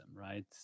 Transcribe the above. right